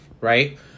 right